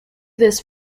this